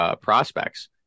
prospects